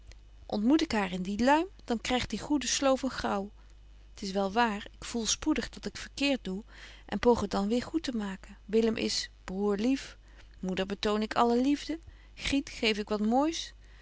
ontmoet ik haar in dien luim dan krygt die goede sloof een graauw t is wel wààr ik voel spoedig dat ik verkeert doe en poog het dan weer goed te maken willem is broêr lief moeder betoon ik alle liefde griet geef ik wat moois